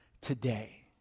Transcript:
today